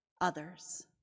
others